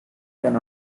can